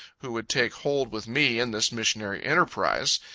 who would take hold with me in this missionary enterprise.